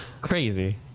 crazy